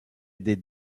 des